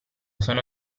sono